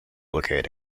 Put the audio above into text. located